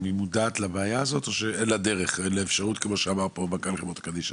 היא מודעת לבעיה או שאין לה דרך כפי שאמר פה ראש פורום חברות קדישא.